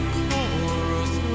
chorus